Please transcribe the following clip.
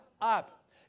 up